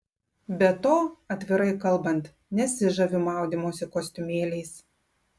be to atvirai kalbant nesižaviu maudymosi kostiumėliais